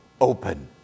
open